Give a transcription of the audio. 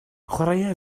chwaraea